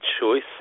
choice